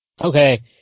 okay